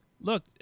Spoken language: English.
Look